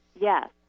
Yes